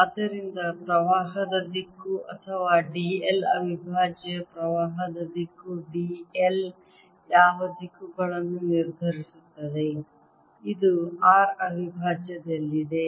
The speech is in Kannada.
ಆದ್ದರಿಂದ ಪ್ರವಾಹದ ದಿಕ್ಕು ಅಥವಾ d l ಅವಿಭಾಜ್ಯ ಪ್ರವಾಹದ ದಿಕ್ಕು d l ಯಾವ ದಿಕ್ಕುಗಳನ್ನು ನಿರ್ಧರಿಸುತ್ತದೆ ಇದು r ಅವಿಭಾಜ್ಯದಲ್ಲಿದೆ